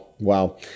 Wow